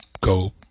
go